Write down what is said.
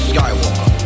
Skywalker